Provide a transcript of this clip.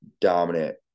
dominant